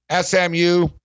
SMU